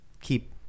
keep